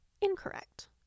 Incorrect